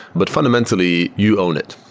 but fundamentally, you own it.